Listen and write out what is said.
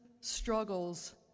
struggles